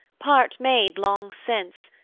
part made long since,